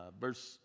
Verse